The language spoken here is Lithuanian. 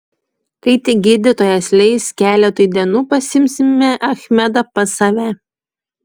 kai tik gydytojas leis keletui dienų pasiimsime achmedą pas save